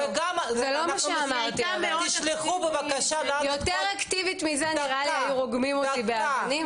אם הייתי יותר אקטיבית מזה נראה לי שהיו רוגמים אותי באבנים.